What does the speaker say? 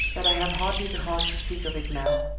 that i have hardly the heart to speak of it now